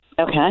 Okay